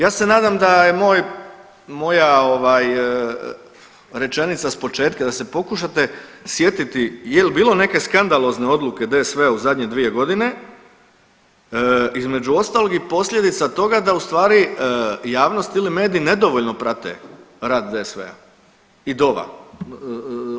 Ja se nadam da je moj, moja ovaj rečenica s početka da se pokušate sjetiti jel bilo neke skandalozne odluke DSV-a u zadnje 2.g. između ostalog i posljedica toga da u stvari javnost ili mediji nedovoljno prate rad DSV i DOV-a.